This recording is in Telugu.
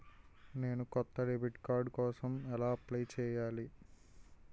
నేను కొత్త డెబిట్ కార్డ్ కోసం ఎలా అప్లయ్ చేయాలి?